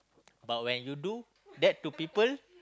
but when you do that to people